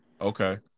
Okay